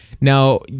Now